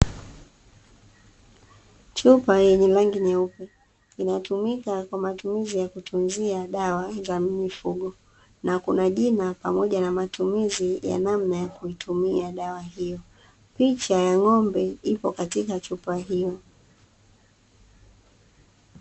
Chupa yenye rangi nyeupe inatumika kwa matumizi ya kutunzia dawa za mifugo na kuna jina pamoja na matumizi ya namna ya kuitumia dawa hiyo, picha ya ng'ombe ipo katika chupa hiyo.